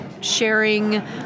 sharing